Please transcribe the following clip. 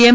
એમ